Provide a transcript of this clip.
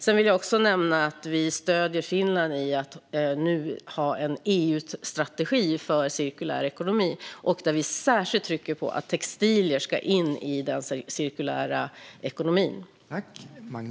Jag vill också nämna att vi stöder Finland i att ha en EU-strategi för cirkulär ekonomi, och vi trycker särskilt på att textilier ska in i den cirkulära ekonomin.